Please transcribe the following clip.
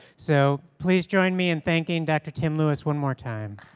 so please join me in thanking dr. tim lewis one more time.